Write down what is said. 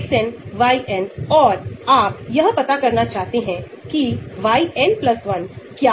हम parent compound के असली log p को घटा सकते हैं अथवा पैरेंट कंपाउंड के log p में जोड़ सकते हैं